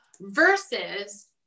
versus